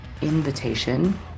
invitation